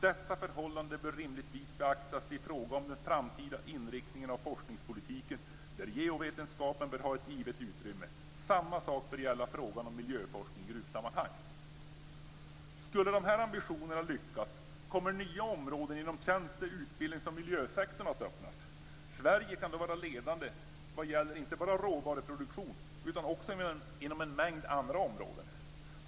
Detta förhållande bör rimligtvis beaktas i fråga om den framtida inriktningen av forskningspolitiken, där geovetenskap bör ha ett givet utrymme. Samma sak bör gälla frågan om miljöforskning i gruvsammanhang." Skulle dessa ambitioner lyckas kommer nya områden inom tjänste-, utbildnings och miljösektorn att öppnas. Sverige kan då vara ledande vad gäller inte bara råvaruproduktion utan också inom en mängd andra områden.